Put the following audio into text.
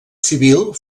civil